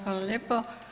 Hvala lijepo.